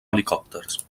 helicòpters